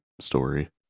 story